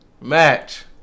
Match